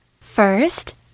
First